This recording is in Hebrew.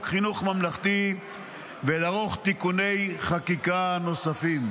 חינוך ממלכתי ולערוך תיקוני חקיקה נוספים.